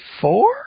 four